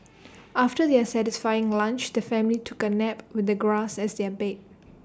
after their satisfying lunch the family took A nap with the grass as their bed